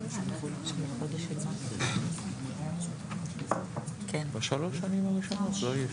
שאמרתי, תיקנתי את עצמי, אלא מה שכתוב.